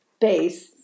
base